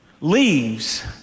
leaves